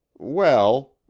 Well